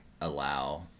allow